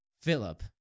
Philip